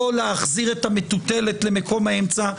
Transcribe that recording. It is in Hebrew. לא להחזיר את המטוטלת למקום האמצע.